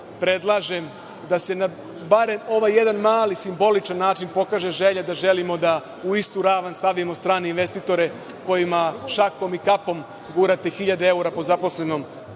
predlažem da se barem na mali, simboličan način pokaže želja da želimo da u istu ravan stavimo strane investitore kojima šakom i kapom gurate hiljade evra po zaposlenom